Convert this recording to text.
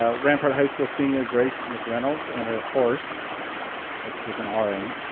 ah rampart high school senior grace mcreynolds and her horse that's with an r in it,